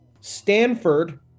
Stanford